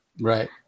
Right